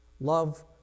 Love